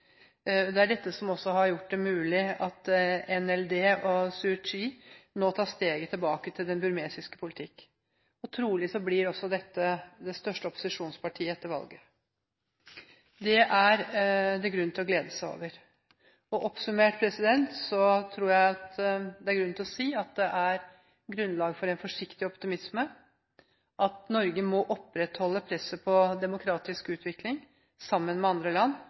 Det er dette som også har gjort det mulig at NLD og Suu Kyi nå tar steget tilbake til den burmesiske politikk, og trolig blir dette det største opposisjonspartiet etter valget. Det er det grunn til å glede seg over. Oppsummert tror jeg det er grunnlag for en forsiktig optimisme, at Norge må opprettholde presset på demokratisk utvikling, sammen med andre land,